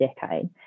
decade